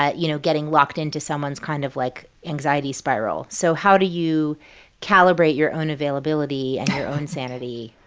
ah you know, getting locked into someone's kind of, like, anxiety spiral. so how do you calibrate your own availability and your own sanity?